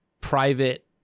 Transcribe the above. private